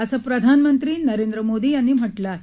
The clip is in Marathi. असं प्रधानमंत्री नरेंद्र मोदी यांनी म्हटलं आहे